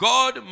God